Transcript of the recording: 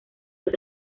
los